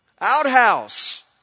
Outhouse